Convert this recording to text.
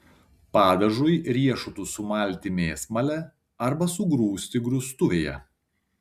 padažui riešutus sumalti mėsmale arba sugrūsti grūstuvėje